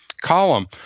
column